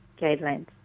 guidelines